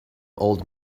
old